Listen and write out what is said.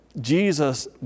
Jesus